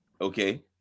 Okay